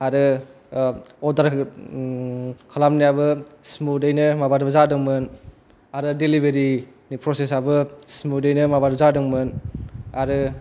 आरो अरदार खालामनायाबो सिमुदयैनो माबा जादोंमोन आरो देलिबारि फ्रसेसआबो सिमुदैनो माबा जादोंमोन आरो